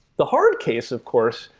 the hard case, of course,